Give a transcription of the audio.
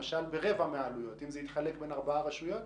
למשך ברבע מהעלויות אם זה יתחלק בין ארבע רשויות.